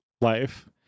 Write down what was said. life